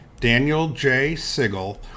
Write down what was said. danieljsigel